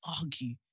argue